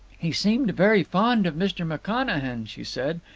he seemed very fond of mr. mcconachan, she said,